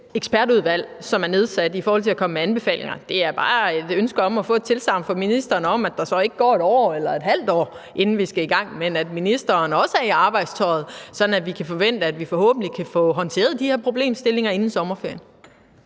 det ekspertudvalg, som er nedsat; det er bare et ønske om at få et tilsagn fra ministeren om, at der ikke går 1 år eller ½ år, inden vi skal i gang, men at ministeren også er i arbejdstøjet, sådan at vi kan forvente, at vi forhåbentlig kan få håndteret de her problemstillinger inden sommerferien.